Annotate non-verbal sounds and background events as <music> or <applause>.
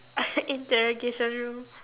<coughs> interrogation room